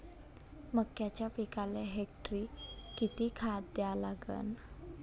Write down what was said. मक्याच्या पिकाले हेक्टरी किती खात द्या लागन?